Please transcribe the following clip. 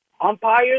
umpires